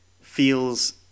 feels